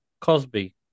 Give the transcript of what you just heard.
Cosby